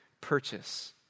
purchase